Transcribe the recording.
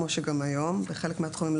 כמו שגם היום לא דורשים בחלק מהתחומים,